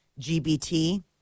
GBT